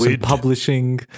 Publishing